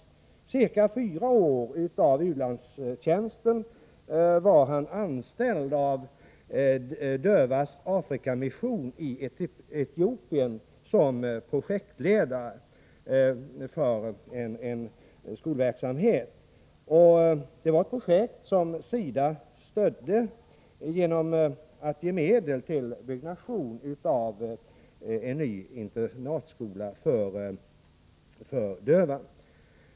Under ca fyra år av u-landstjänsten var han anställd av Dövas Afrika Mission i Etiopien som projektledare för en skolverksamhet. Det var ett projekt som SIDA stödde genom att ge medel för att bygga en ny internatskola för döva.